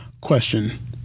Question